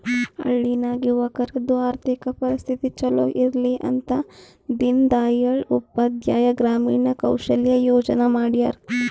ಹಳ್ಳಿ ನಾಗ್ ಯುವಕರದು ಆರ್ಥಿಕ ಪರಿಸ್ಥಿತಿ ಛಲೋ ಇರ್ಲಿ ಅಂತ ದೀನ್ ದಯಾಳ್ ಉಪಾಧ್ಯಾಯ ಗ್ರಾಮೀಣ ಕೌಶಲ್ಯ ಯೋಜನಾ ಮಾಡ್ಯಾರ್